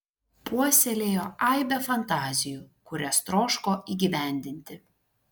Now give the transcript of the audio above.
puoselėjo aibę fantazijų kurias troško įgyvendinti